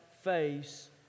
face